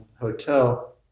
hotel